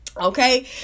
Okay